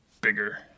bigger